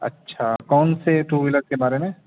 اچھا کون سے ٹو وہیلر کے بارے میں